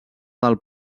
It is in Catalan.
del